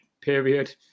period